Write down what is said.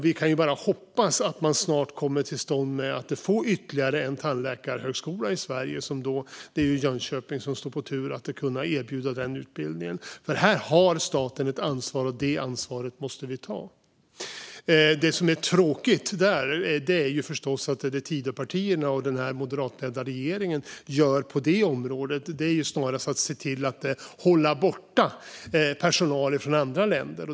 Vi kan bara hoppas att man snart får till stånd ytterligare en tandläkarhögskola i Sverige. Det är Jönköping som står på tur att kunna erbjuda den utbildningen. Här har staten ett ansvar, och det ansvaret måste vi ta. Det som är tråkigt där är förstås att det Tidöpartierna och den moderatledda regeringen gör på det området är snarast att se till att hålla borta personal från andra länder.